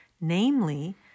namely